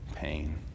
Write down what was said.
pain